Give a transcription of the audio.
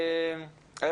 כלומר לצורך העניין,